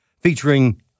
featuring